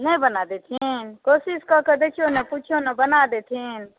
नहि बना देथिन कोशिश कऽ के देखिऔ ने पूछिऔ ने बना देथिन